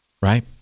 Right